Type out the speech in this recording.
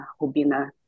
Rubina